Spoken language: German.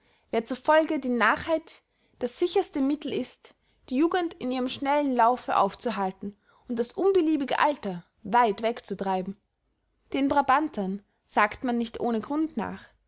wer zufolge die narrheit das sicherste mittel ist die jugend in ihrem schnellen laufe aufzuhalten und das unbeliebige alter weit wegzutreiben den brabantern sagt man nicht ohne grund nach